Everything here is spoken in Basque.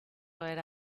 era